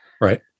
right